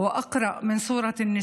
תרגומם: למקורות שלי ולקוראן הטהור שלי.